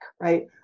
right